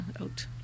Out